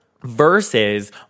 versus